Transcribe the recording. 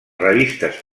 revistes